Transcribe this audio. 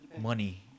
money